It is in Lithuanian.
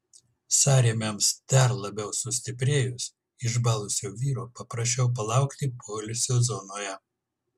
sąrėmiams dar labiau sustiprėjus išbalusio vyro paprašiau palaukti poilsio zonoje